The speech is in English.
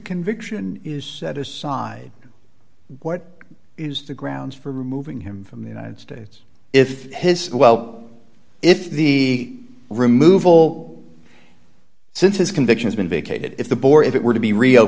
conviction is set aside what is the grounds for removing him from the united states if his well if the removal since his convictions been vacated if the bore if it were to be re